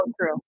true